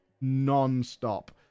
non-stop